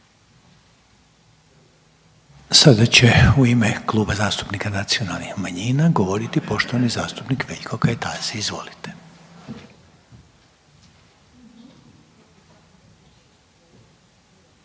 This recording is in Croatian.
Sada će u ime Kluba zastupnika nacionalnih manjina govoriti poštovani zastupnik Veljko Kajtazi, izvolite.